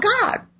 God